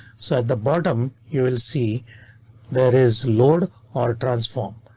so at the bottom you will see there is load or transform.